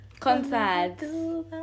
Concerts